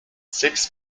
six